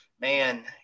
man